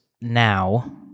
now